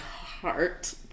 heart